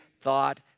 thought